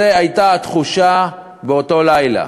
זו הייתה התחושה באותו לילה.